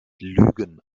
lügen